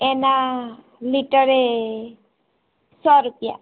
એનાં લિટરે સો રૂપિયા